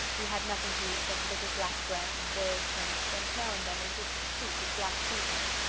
he had nothing to eat but a little black bread and boiled turnips and now and then a little soup with black peas in it.